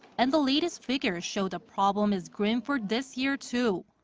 and the latest figures show the problem is grim for this year too.